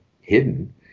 hidden